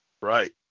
right